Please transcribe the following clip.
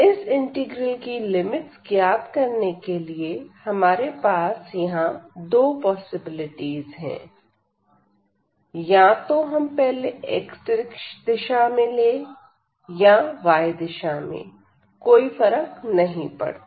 इस इंटीग्रल की लिमिट्स ज्ञात करने के लिए हमारे पास यह दो पॉसिबिलिटीज है यह तो हम पहले x दिशा में ले और फिर y दिशा में कोई फर्क नहीं पड़ता